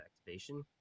Activation